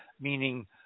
meaning